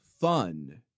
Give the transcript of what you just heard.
fun